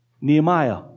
Nehemiah